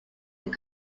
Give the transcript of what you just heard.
they